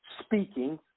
speaking